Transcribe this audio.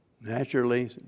naturally